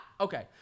okay